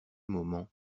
moment